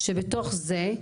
שבתוך זה?